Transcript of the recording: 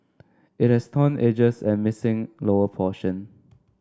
it has torn edges and missing lower portion